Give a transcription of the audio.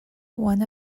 one